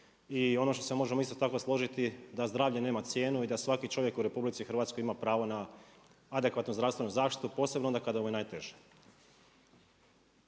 i ono što se možemo isto tako složiti da zdravlje nema cijenu i da svaki čovjek u RH ima pravo na adekvatnu zdravstvenu zaštitu, posebno onda kada mu je najteže.